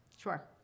Sure